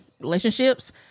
relationships